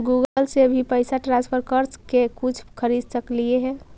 Google से भी पैसा ट्रांसफर कर के कुछ खरिद सकलिऐ हे?